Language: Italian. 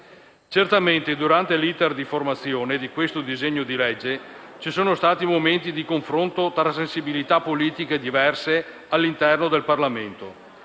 Certamente durante l'*iter* di formazione di questo disegno di legge ci sono stati momenti di confronto tra sensibilità politiche diverse all'interno del Parlamento: